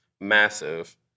massive